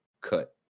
cut